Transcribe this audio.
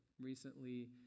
Recently